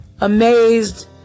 amazed